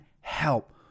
help